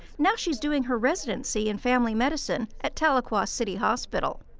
now she's doing her residency in family medicine, at tahlequah city hospital.